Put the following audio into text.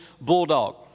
bulldog